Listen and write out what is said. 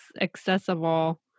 accessible